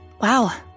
Wow